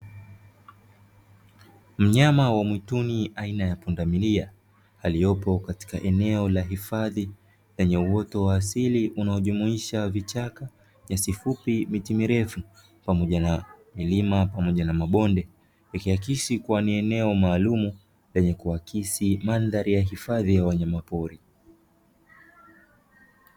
Mnyama wa mwituni aina ya pundamilia, aliyopo katika eneo la hifadhi lenye uoto wa asili unao jumuisha vichaka, nyasi fupi, miti mirefu pamoja na milima pamoja na mabonde. Ikiakisi kuwa ni eneo maalumu lenye kuakisi mandhari ya hifadhi ya wanyama pori.